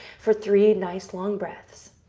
for three nice, long breaths.